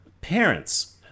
Parents